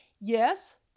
Yes